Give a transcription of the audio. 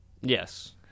Yes